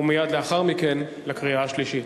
ומייד לאחר מכן לקריאה השלישית.